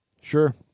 Sure